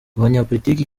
banyapolitiki